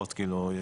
יש מלא שפות,